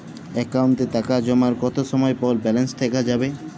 অ্যাকাউন্টে টাকা জমার কতো সময় পর ব্যালেন্স দেখা যাবে?